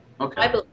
Okay